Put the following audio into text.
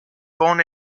born